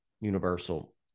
Universal